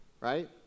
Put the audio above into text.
Right